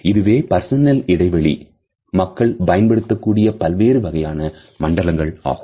இதுவே பர்சனல் இடைவெளியில் மக்கள் பயன்படுத்தக்கூடிய பல்வேறு வகையான மண்டலங்கள் ஆகும்